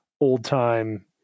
old-time